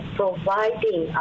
providing